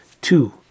two